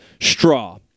straw